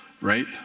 right